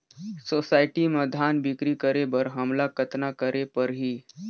Society म धान बिक्री करे बर हमला कतना करे परही?